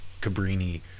Cabrini